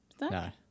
No